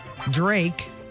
Drake